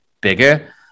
bigger